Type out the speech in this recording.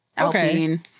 okay